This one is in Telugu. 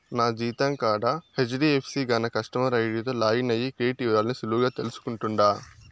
నా జీతం కాతా హెజ్డీఎఫ్సీ గాన కస్టమర్ ఐడీతో లాగిన్ అయ్యి క్రెడిట్ ఇవరాల్ని సులువుగా తెల్సుకుంటుండా